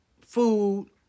food